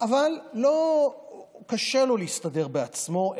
אבל קשה לו להסתדר בעצמו,